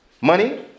money